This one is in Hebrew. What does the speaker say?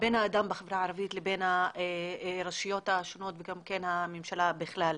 בין האדם בחברה הערבית לבין הרשויות השונות והממשלה בכלל.